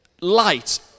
Light